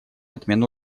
отмену